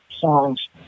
songs